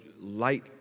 light